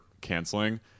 canceling